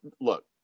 look